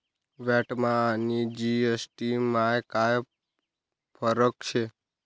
व्हॅटमा आणि जी.एस.टी मा काय फरक शे?